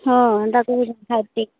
ହଁ ହେନ୍ତା